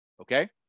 okay